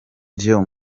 vyo